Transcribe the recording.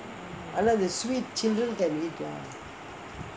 ஆனா அது:aana athu sweet children can eat lah